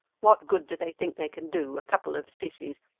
what good do they think they can do, a couple of sissies,